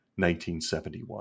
1971